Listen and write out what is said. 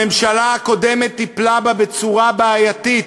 הממשלה הקודמת טיפלה בו בצורה בעייתית.